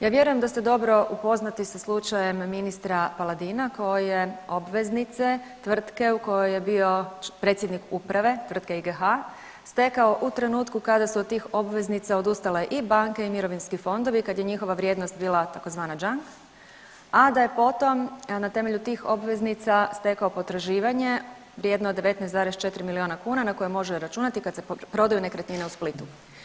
Ja vjerujem da ste dobro upoznati sa slučajem ministra Paladina, koje obveznice, tvrtke u kojoj je bio predsjednik uprave tvrtke IGH, stekao u trenutku kada su od tih obveznica odustale i banke i mirovinski fondovi i kad je njihova vrijednost bila tzv. jung, a da je potom na temelju tih obveznica stekao potraživanje vrijedno 19,4 milijuna kuna na koje može računati kad se prodaju nekretnine u Splitu.